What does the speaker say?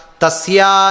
tasya